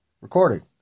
recording